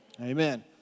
Amen